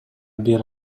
бир